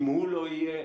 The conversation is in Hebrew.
אם הוא לא יהיה,